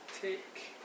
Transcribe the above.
Take